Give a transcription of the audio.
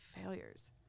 failures